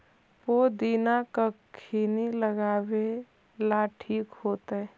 पुदिना कखिनी लगावेला ठिक होतइ?